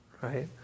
right